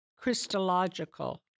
Christological